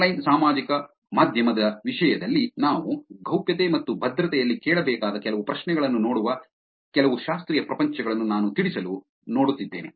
online ಸಾಮಾಜಿಕ ಮಾಧ್ಯಮದ ವಿಷಯದಲ್ಲಿ ನಾವು ಗೌಪ್ಯತೆ ಮತ್ತು ಭದ್ರತೆಯಲ್ಲಿ ಕೇಳಬೇಕಾದ ಕೆಲವು ಪ್ರಶ್ನೆಗಳನ್ನು ನೋಡುವ ಕೆಲವು ಶಾಸ್ತ್ರೀಯ ಪ್ರಪಂಚಗಳನ್ನು ನಾನು ತಿಳಿಸಲು ನೋಡುತ್ತಿದ್ದೇನೆ